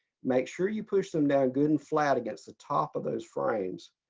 make sure you push them down good and flat against the top of those frames,